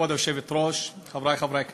כבוד היושבת-ראש, חברי חברי הכנסת,